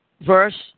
Verse